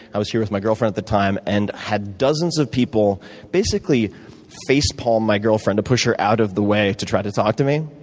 i was here with my girlfriend at the time and had dozens of people basically face palm my girlfriend to push her out of the way to try to talk to me.